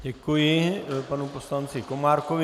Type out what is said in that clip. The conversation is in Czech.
Děkuji panu poslanci Komárkovi.